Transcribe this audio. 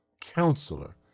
Counselor